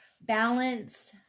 balance